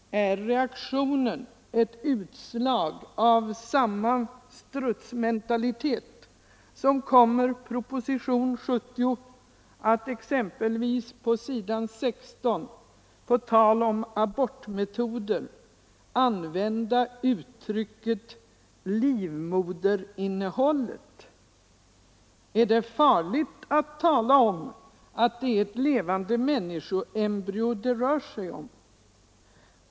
Är reaktionen ett utslag av samma strutsmentalitet som kommer propositionen 70 att exempelvis på sidan 16, på tal om abortmetoder, använda uttrycket ”livmoderinnehållet”. Är det farligt att tala om att det är ett levande människoembryo det rör sig om?